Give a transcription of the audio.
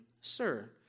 Sir